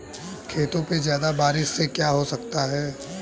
खेतों पे ज्यादा बारिश से क्या हो सकता है?